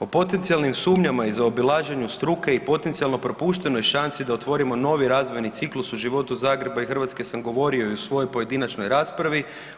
O potencijalnim sumnjama i zaobilaženju struke i potencijalno propuštenoj šansi da otvorimo novi razvojni ciklus u životu Zagreba i Hrvatske sam govorio i u svojoj pojedinačnoj raspravi.